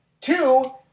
Two